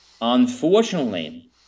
Unfortunately